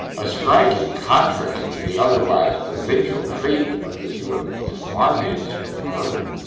a striking contrast to the otherwise provincial treatment of this room is marmion's parlor,